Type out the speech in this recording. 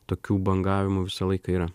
tokių bangavimų visą laiką yra